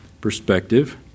perspective